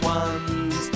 ones